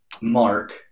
mark